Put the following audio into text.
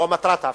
או מטרת ההפקעה.